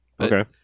Okay